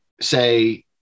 say